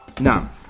Now